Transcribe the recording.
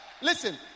listen